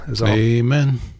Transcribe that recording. Amen